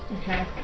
Okay